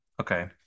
okay